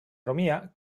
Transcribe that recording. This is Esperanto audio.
romia